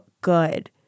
good